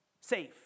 Safe